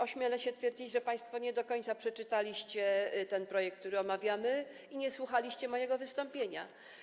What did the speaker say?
Ośmielę się stwierdzić, że państwo nie do końca przeczytaliście ten projekt, który omawiamy, ani nie słuchaliście mojego wystąpienia.